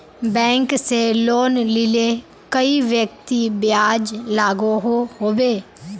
Bank से loan लिले कई व्यक्ति ब्याज लागोहो होबे?